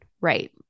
Right